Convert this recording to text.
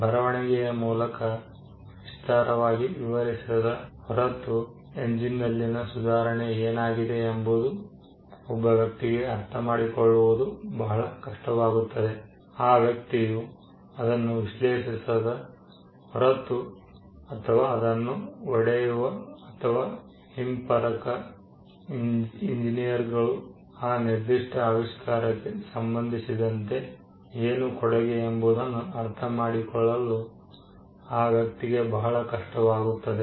ಬರವಣಿಗೆಯ ಮೂಲಕ ವಿಸ್ತಾರವಾಗಿ ವಿವರಿಸದ ಹೊರತು ಎಂಜಿನ್ನಲ್ಲಿನ ಸುಧಾರಣೆ ಏನಾಗಿದೆ ಎಂಬುದು ಒಬ್ಬ ವ್ಯಕ್ತಿಗೆ ಅರ್ಥಮಾಡಿಕೊಳ್ಳುವುದು ಬಹಳ ಕಷ್ಟವಾಗುತ್ತದೆ ಆ ವ್ಯಕ್ತಿಯು ಅದನ್ನು ವಿಶ್ಲೇಷಿಸದ ಹೊರತು ಅಥವಾ ಅದನ್ನು ಒಡೆಯುವ ಅಥವಾ ಹಿಂಪರಕ ಇಂಜಿನಿಯರ್ಗಳು ಆ ನಿರ್ದಿಷ್ಟ ಅವಿಷ್ಕಾರಕ್ಕೆ ಸಂಬಂಧಿಸಿದಂತೆ ಏನು ಕೊಡುಗೆ ಎಂಬುದನ್ನು ಅರ್ಥಮಾಡಿಕೊಳ್ಳಲು ಆ ವ್ಯಕ್ತಿಗೆ ಬಹಳ ಕಷ್ಟವಾಗುತ್ತದೆ